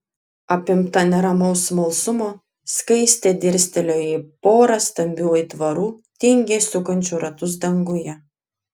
apimta neramaus smalsumo skaistė dirstelėjo į porą stambių aitvarų tingiai sukančių ratus danguje